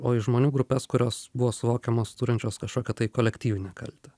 o į žmonių grupes kurios buvo suvokiamos turinčios kažkokią tai kolektyvinę kaltę